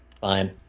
Fine